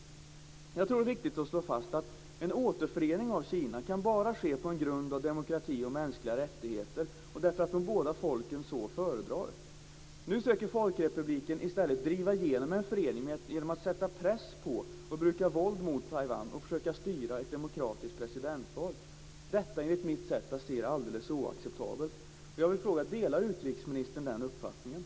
Jag tror att det är viktigt att slå fast att en återförening av Kina bara kan ske på en grund av demokrati och mänskliga rättigheter och därför att de båda folken så föredrar. Nu söker Folkrepubliken i stället driva igenom en förening genom att sätta press på och bruka våld mot Taiwan och försöka styra ett demokratiskt presidentval. Enligt mitt sätt att se det är detta alldeles oacceptabelt.